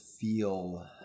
feel